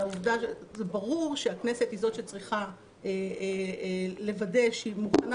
זה ברור שהכנסת היא זאת שצריכה לוודא שהיא מוכנה